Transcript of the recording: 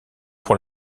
pour